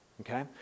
Okay